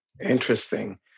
Interesting